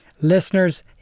Listeners